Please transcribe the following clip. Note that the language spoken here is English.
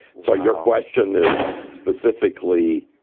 so your question is specifically.